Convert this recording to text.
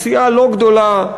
היא סיעה לא גדולה,